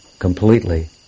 Completely